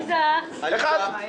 זה אחד.